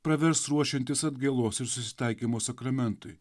pravers ruošiantis atgailos ir susitaikymo sakramentui